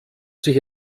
sich